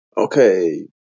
Okay